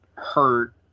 hurt